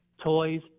toys